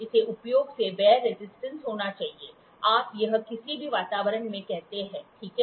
इसे उपयोग से वेयर रेजिस्टेंस होना चाहिए आप यह किसी भी वातावरण में कहते हैं ठीक है